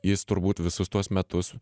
jis turbūt visus tuos metus